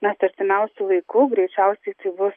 mes artimiausiu laiku greičiausiai tai bus